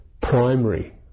primary